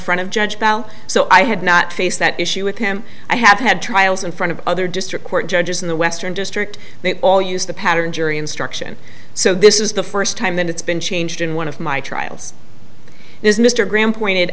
front of judge bell so i had not face that issue with him i have had trials in front of other district court judges in the western district they all use the pattern jury instruction so this is the first time that it's been changed in one of my trials is mr graham pointed